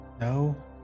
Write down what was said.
No